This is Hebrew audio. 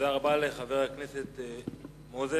תודה רבה לחבר הכנסת מוזס.